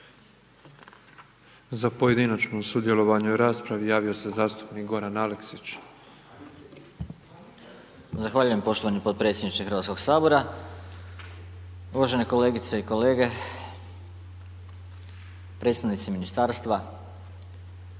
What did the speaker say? Za pojedinačno sudjelovanje u raspravi javio se zastupnik Goran Aleksić. **Aleksić, Goran (SNAGA)** Zahvaljujem poštovani podpredsjedniče Hrvatskog sabora, uvažene kolegice i kolege, predstavnici ministarstva,